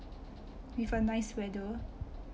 with a nice weather